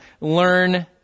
learn